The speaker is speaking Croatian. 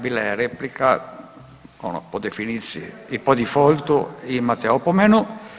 Bila je replika ono po definiciji i po difoltu, imate opomenu.